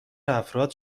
افراد